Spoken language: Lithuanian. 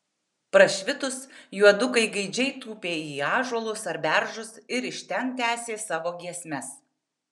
prašvitus juodukai gaidžiai tūpė į ąžuolus ar beržus ir iš ten tęsė savo giesmes